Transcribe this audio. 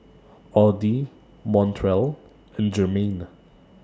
Audy Montrell and Jermain